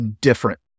different